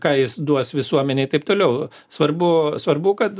ne ką jis duos visuomenei taip toliau svarbu svarbu kad